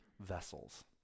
vessels